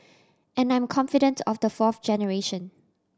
and I'm confident of the fourth generation